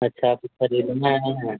अच्छा आपको खरीदना है